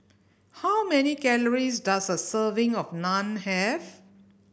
how many calories does a serving of Naan have